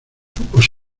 grupos